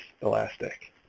elastic